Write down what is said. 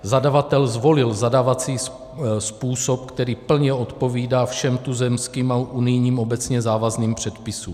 Zadavatel zvolil zadávací způsob, který plně odpovídá všem tuzemským a unijním obecně závazným předpisům.